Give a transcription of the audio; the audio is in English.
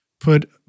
put